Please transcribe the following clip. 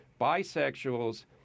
bisexuals